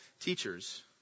teachers